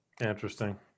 Interesting